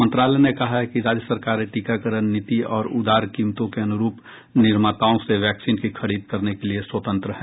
मंत्रालय ने कहा है कि राज्य सरकारें टीकाकरण नीति और उदार कीमतों के अनुरुप निर्माताओं से वैक्सीन की खरीद करने के लिए स्वतंत्र हैं